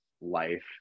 life